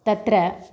तत्र